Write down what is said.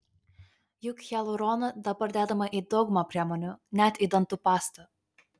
juk hialurono dabar dedama į daugumą priemonių net į dantų pastą